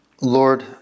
Lord